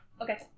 Okay